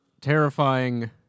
terrifying